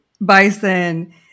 bison